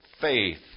faith